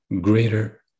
greater